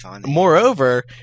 moreover